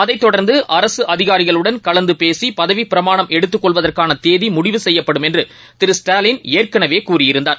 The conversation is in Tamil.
அதைத் தொடர்ந்துஅரசுஅதிகாரிகளுடன் கலந்துபேசியபதவிப் பிரமாணம் எடுத்துக் கொள்வதற்கானதேதிமுடிவு செய்யப்படும் என்றுதிரு ஸ்டாலின் ஏற்கனவேகூறியிருந்தார்